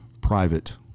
private